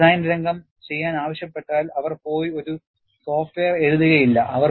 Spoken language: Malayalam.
ഒരു ഡിസൈൻ രംഗം ചെയ്യാൻ ആവശ്യപ്പെട്ടാൽ അവർ പോയി ഒരു സോഫ്റ്റ്വെയർ എഴുതുകയില്ല